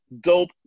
dope